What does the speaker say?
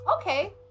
okay